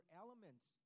elements